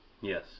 Yes